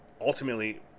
ultimately